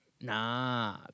Nah